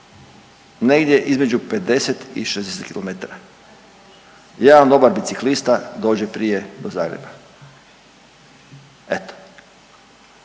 negdje između 50 i 60 km. Jedan dobar biciklista dođe prije do Zagreba. Eto,